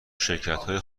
شرکتهای